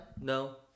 No